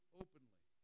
openly